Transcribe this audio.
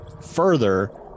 further